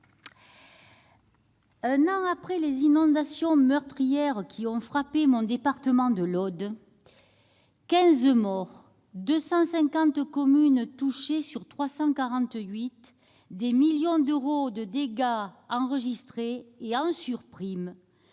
Un an après les inondations meurtrières qui ont frappé mon département de l'Aude- quinze morts, 250 communes touchées sur 348, des millions d'euros de dégâts et, en surprime,